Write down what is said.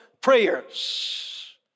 prayers